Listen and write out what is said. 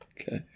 Okay